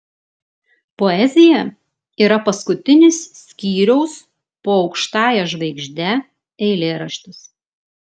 poezija yra paskutinis skyriaus po aukštąja žvaigžde eilėraštis